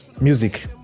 music